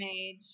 age